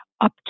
up